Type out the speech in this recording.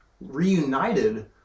reunited